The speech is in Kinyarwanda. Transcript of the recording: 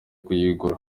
kuyigura